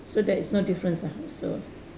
so there is no difference ah so